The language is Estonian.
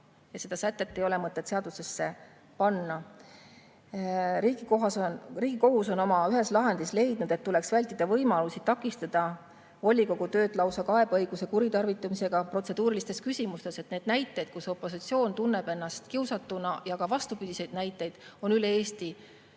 et seda sätet ei ole mõtet seadusesse panna. Riigikohus on ühes oma lahendis leidnud, et tuleks vältida võimalusi takistada volikogu tööd lausa kaebeõiguse kuritarvitamisega protseduurilistes küsimustes. Neid näiteid, kui opositsioon tunneb ennast kiusatuna, ja ka vastupidiseid näiteid on üle Eesti väga